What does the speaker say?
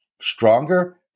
stronger